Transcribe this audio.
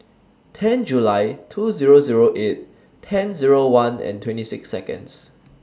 ten July two Zero Zero eight ten Zero one and twenty six Seconds